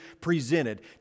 presented